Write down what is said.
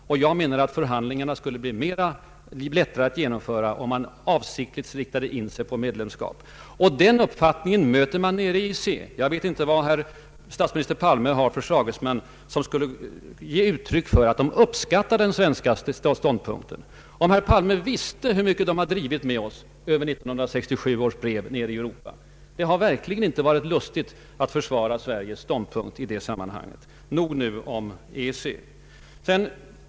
Jag anser att det skulle vara lättare att genomföra förhandlingarna om man avsiktligt riktade in sig på medlemskap. Den uppfattningen möter man också inom EEC. Jag vet inte vad statsminister Palme har för sagesmän som ger uttryck för att de ”uppskattar” den svenska ståndpunkten. Om herr Palme visste hur mycket de drivit med oss nere i Europa när det gäller 1967 års brev! Det har verkligen inte varit lustigt att försvara Sverige i det sammanhanget. — Nog nu om EEC.